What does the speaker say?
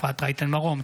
אפרת רייטן מרום,